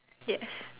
yes